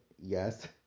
yes